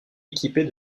équipée